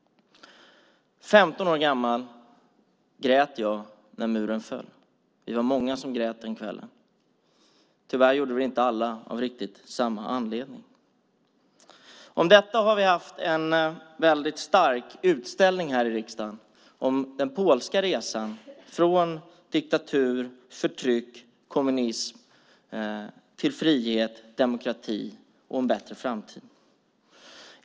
15 år gammal grät jag när muren föll. Vi var många som grät den kvällen. Tyvärr gjorde inte alla det av riktigt samma anledning. Vi har haft en väldigt stark utställning här i riksdagen om den polska resan från diktatur, förtryck och kommunism till frihet, demokrati och en bättre framtid.